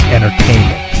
Entertainment